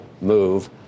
move